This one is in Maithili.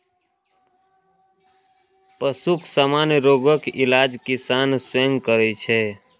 पशुक सामान्य रोगक इलाज किसान स्वयं करै छै